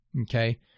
okay